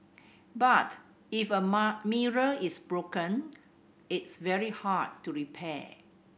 but if a mirror is broken it's very hard to repair